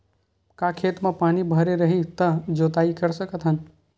का खेत म पानी भरे रही त जोताई कर सकत हन?